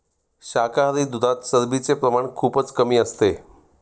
शाकाहारी दुधात चरबीचे प्रमाण खूपच कमी असते